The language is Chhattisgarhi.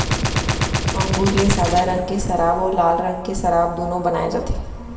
अंगुर ले सादा रंग के सराब अउ लाल रंग के सराब दुनो बनाए जाथे